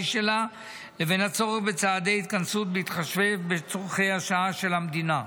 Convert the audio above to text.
שלה לבין הצורך בצעדי התכנסות בהתחשב בצורכי השעה של המדינה.